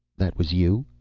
that was you?